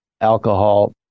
alcohol